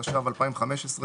התשע"ו 2015,